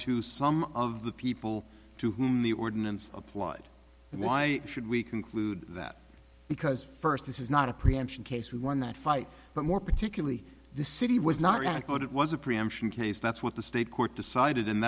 to some of the people to whom the ordinance applied and why should we conclude that because first this is not a preemption case we won that fight but more particularly the city was not going to court it was a preemption case that's what the state court decided and